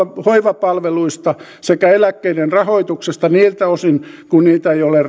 hoivapalveluista sekä eläkkeiden rahoituksesta niiltä osin kuin niitä ei ole